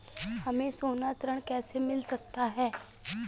हमें सोना ऋण कैसे मिल सकता है?